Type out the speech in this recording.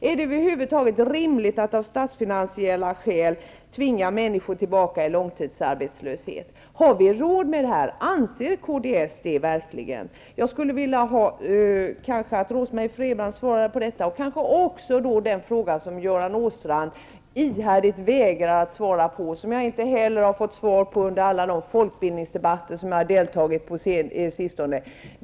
Är det över huvud taget rimligt att av statsfinansiella skäl tvinga människor tillbaka i långtidsarbetslöshet? Har vi råd med det här? Anser kds verkligen det? Jag skulle vilja att Rose-Marie Frebran svarade på detta och kanske också på den fråga som Göran Åstrand ihärdigt vägrar svara på och som jag inte heller har fått svar på under alla de folkbildningsdebatter som jag har deltagit i på sistone.